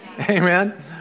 Amen